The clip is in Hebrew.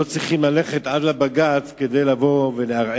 לא צריכים ללכת עד בג"ץ כדי לערער